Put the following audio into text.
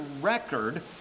record